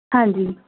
ਹਾਂਜੀ